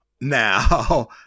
now